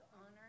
honor